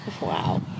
Wow